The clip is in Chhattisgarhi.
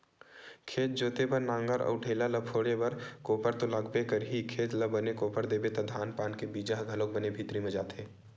खेत जोते बर नांगर अउ ढ़ेला ल फोरे बर कोपर तो लागबे करही, खेत ल बने कोपर देबे त धान पान के बीजा ह घलोक बने भीतरी म जाथे